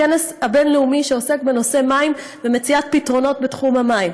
כנס הבין-לאומי שעוסק בנושא מים ומציאת פתרונות בתחום המים,